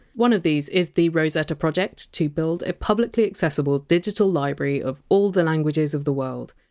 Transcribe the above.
one of these is the rosetta project, to build a publicly accessible digital library of all the languages of the world.